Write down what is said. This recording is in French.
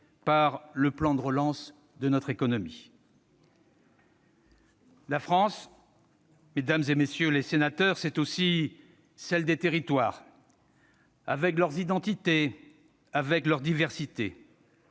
par le plan de relance de notre économie. « La France, mesdames, messieurs, c'est aussi celle des territoires, avec leurs identités, avec leurs diversités.